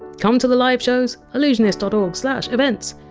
come to the live shows allusionist dot org slash events!